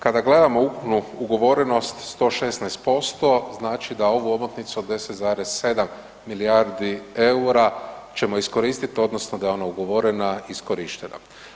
Kada gledamo ukupnu ugovorenost 116% znači da ovu omotnicu od 10,7 milijardi EUR-a ćemo iskoristiti, odnosno da je ono ugovorena, iskorišteno.